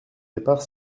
départ